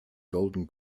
golden